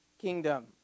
kingdom